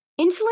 Insulin